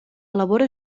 elabora